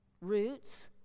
roots